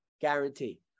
guarantee